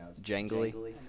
jangly